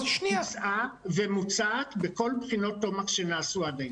הוצעה ומוצעת בכל בחינות תומקס שנעשו עד היום.